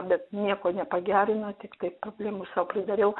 bet nieko nepagerino tiktai problemų sau pridariau